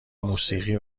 موسیقی